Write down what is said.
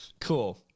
Cool